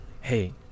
Hey